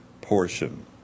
portion